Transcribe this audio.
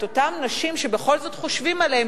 את אותן נשים שבכל זאת חושבים עליהן